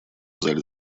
зале